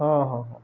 ହଁ ହଁ ହଁ